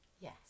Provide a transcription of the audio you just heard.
Yes